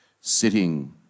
sitting